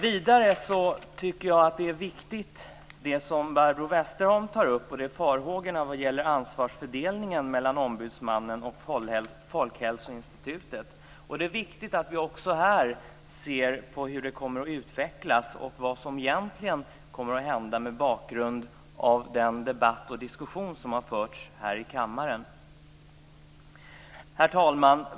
Vidare tycker jag att det som Barbro Westerholm tog upp är viktigt när det gäller farhågorna för ansvarsfördelningen mellan ombudsmannen och Folkhälsoinstitutet. Det är viktigt att vi också här ser på hur det kommer att utvecklas och vad som egentligen kommer att hända mot bakgrund av den debatt som har förts här i kammaren. Herr talman!